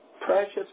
precious